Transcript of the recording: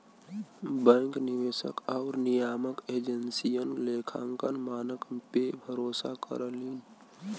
bank निवेशक आउर नियामक एजेंसियन लेखांकन मानक पे भरोसा करलीन